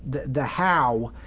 the the how.